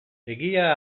egia